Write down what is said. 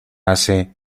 hace